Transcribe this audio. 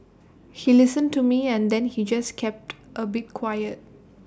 he listened to me and then he just kept A bit quiet